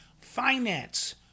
finance